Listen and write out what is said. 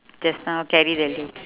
just now carry the leg